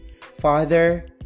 Father